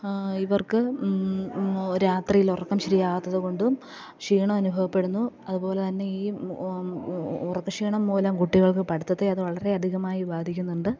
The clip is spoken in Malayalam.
ഇവർക്ക് രാത്രിയിൽ ഉറക്കം ശരിയാവാത്തത് കൊണ്ടും ക്ഷീണം അനുഭവപ്പെടുന്നു അതുപോലെ തന്നെ ഈ ഉറക്ക ക്ഷീണം മൂലം കുട്ടികൾക്ക് പഠിത്തത്തെ അത് വളരെയധികമായി ബാധിക്കുന്നുണ്ട്